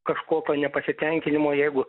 kažkokio nepasitenkinimo jeigu